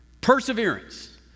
perseverance